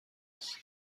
است